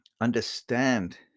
understand